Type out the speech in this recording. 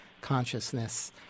consciousness